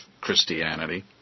christianity